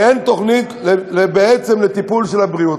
ואין תוכנית בעצם לטיפול בבריאות.